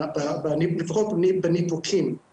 לפחות בניפוקים,